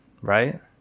right